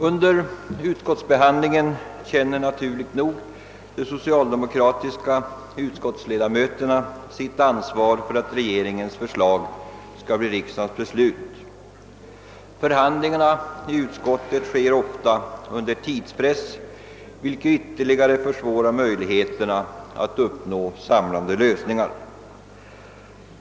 Under utskottsbehandlingen känner givetvis de socialdemokratiska ledamöterna sitt ansvar för att regeringens förslag skall bli antagna av riksdagen. Förhandlingarna i utskottet försiggår ofta under tidspress, vilket ytterligare försvårar möjligheterna att uppnå samlande lösningar.